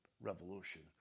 revolution